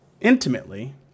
intimately